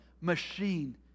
machine